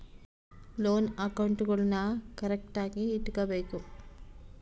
loan ಅಕೌಂಟ್ಗುಳ್ನೂ ಕರೆಕ್ಟ್ಆಗಿ ಇಟಗಬೇಕು